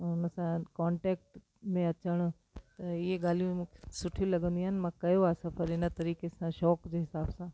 उनसां कॉन्टेक्ट में अचनि त इहे ॻाल्हियूं मूंखे सुठी लॻंदियूं आहिनि मां कयो आहे सफ़र इन तरीक़े सां शौंक़ु जे हिसाब सां